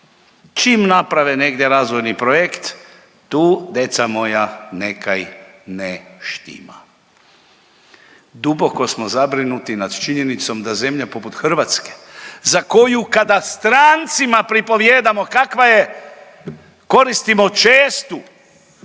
Čim naprave negde razvojni projekt, tu, deca moja, nekaj ne štima. Duboko smo zabrinuti nad činjenicom da zemlja poput Hrvatske, za koju kada strancima pripovijedamo kakva je, koristimo čestu